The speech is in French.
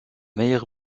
meilleur